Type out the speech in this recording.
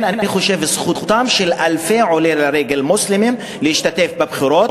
אני חושב שזכותם של אלפי עולים לרגל מוסלמים להשתתף בבחירות,